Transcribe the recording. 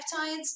peptides